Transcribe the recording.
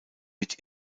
mit